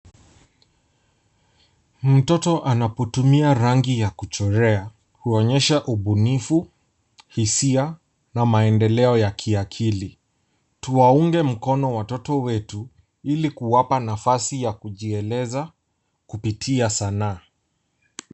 Mtoto anapotumia rangi ya kuchorea huonyesha ubunifu, hisia na maendeleo ya kiakili. Tuwaunge mkono watoto wetu ili kuwapa nafasi ya kujieleza kupitia sanaa.